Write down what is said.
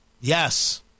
Yes